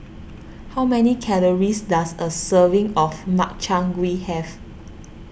how many calories does a serving of Makchang Gui have